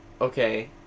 okay